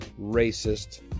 racist